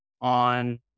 on